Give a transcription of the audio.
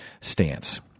stance